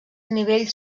nivells